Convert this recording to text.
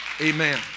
Amen